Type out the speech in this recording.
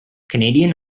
canadian